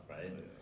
right